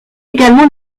également